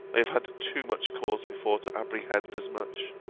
i have had too much cause before to apprehend as much